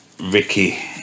Ricky